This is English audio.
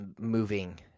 moving